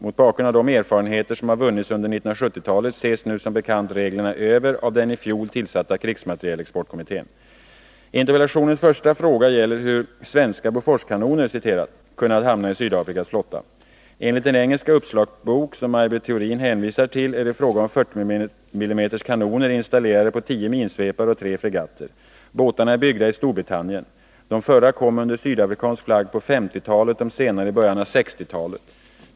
Mot bakgrund av de erfarenheter som har vunnits under 1970-talet ses nu som bekant reglerna över av den i fjol tillsatta krigsmaterielexportkommittén. Interpellationens första fråga gäller hur ”svenska Boforskanoner” kunnat hamna i Sydafrikas flotta. Enligt den engelska uppslagsbok Maj Britt Theorin hänvisar till är det fråga om 40 mm kanoner installerade på tio minsvepare och tre fregatter. Båtarna är byggda i Storbritannien; de förra kom under sydafrikansk flagg på 1950-talet, de senare i början på 1960-talet.